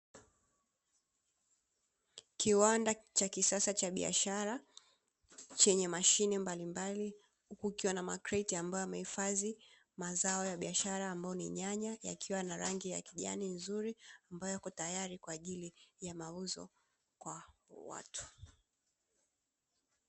Kiwanda cha kisasa cha biashara chenye mashine mbalimbali huku kukiwa na makreti ambayo yamehifadhi mazao ya biashara ambayo ni nyanya yakiwa na rangi ya kijani nzuri ambayo yako tayari kwa ajili ya mauzo ya watu.